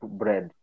bread